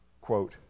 quote